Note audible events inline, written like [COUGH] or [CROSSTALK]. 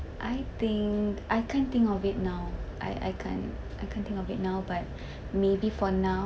I think I can't think of it now I I can't I can't think of it now but [BREATH] maybe for now